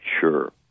sure